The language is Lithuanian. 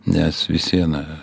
nes visi na